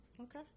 Okay